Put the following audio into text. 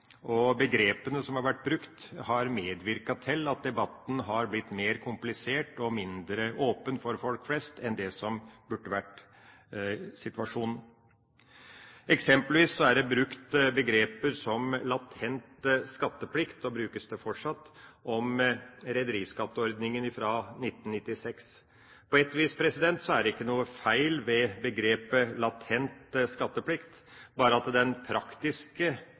Begrepene som har vært brukt, har medvirket til at debatten har blitt mer komplisert og mindre åpen for folk flest enn det som burde ha vært situasjonen. Eksempelvis er det brukt begreper som latent skatteplikt – det brukes fortsatt – om rederiskatteordninga fra 1996. På et vis er det ikke noen feil ved begrepet «latent skatteplikt» – bare at